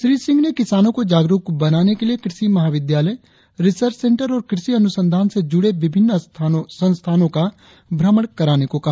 श्री सिंह ने किसानो को जागरुक बनाने के लिए कृषि महाविद्यालय रिसर्च सेंटर और कृषि अनुसंधान से जुड़े विभिन्न संस्थानो का भ्रमण कराने को कहा